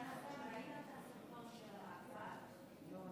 ראית את הסרטון של המעצר?